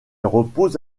repose